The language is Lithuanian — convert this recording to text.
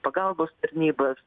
pagalbos tarnybas